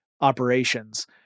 operations